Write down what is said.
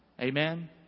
Amen